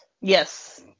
Yes